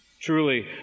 Truly